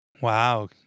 wow